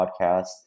podcast